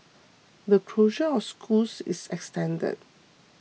the closure of schools is extended